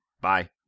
Bye